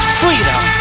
freedom